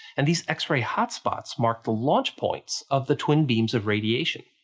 and these x-ray hotspots mark the launch points of the twin beams of radiation.